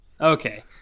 Okay